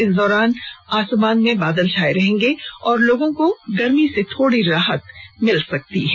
इस दौरान आसमान में बादल छाये रहेंगे और लोगों को गर्मी से छोड़ी राहत मिल सकती है